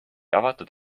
avatud